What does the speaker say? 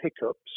hiccups